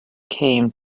came